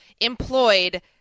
employed